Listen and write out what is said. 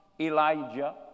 Elijah